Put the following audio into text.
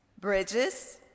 Bridges